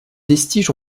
vestiges